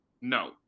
No